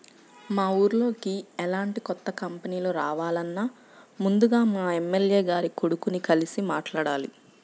మా ఊర్లోకి ఎలాంటి కొత్త కంపెనీలు రావాలన్నా ముందుగా మా ఎమ్మెల్యే గారి కొడుకుని కలిసి మాట్లాడాలి